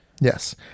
yes